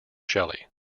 shelley